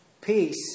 peace